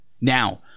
Now